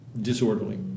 disorderly